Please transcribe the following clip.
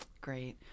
Great